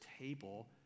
table